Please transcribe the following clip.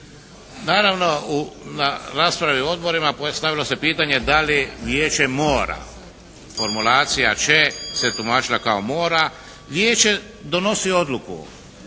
Naravno na raspravi u odborima postavilo se pitanje da li vijeće mora, formulacija će se tumačila kao mora. Vijeće donosi odluku